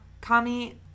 Kami